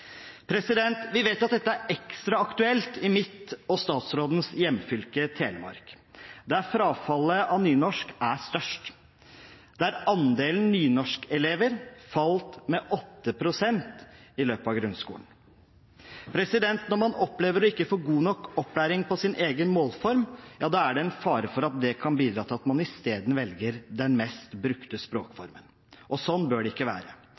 Vi vet at dette er ekstra aktuelt i mitt og statsrådens hjemfylke, Telemark, der frafallet fra nynorsk er størst, der andelen nynorskelever falt med 8 pst. i løpet av grunnskolen. Når man opplever å ikke få god nok opplæring på sin egen målform, er det en fare for at det kan bidra til at man isteden velger den mest brukte språkformen, og slik bør det ikke være.